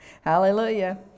Hallelujah